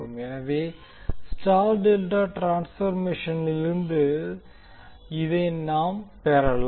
எனவே star delta டிரான்ஸ்பர்மேஷனிலிருந்து இதை நாம் பெறலாம்